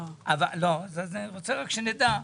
אני רוצה רק שנדע,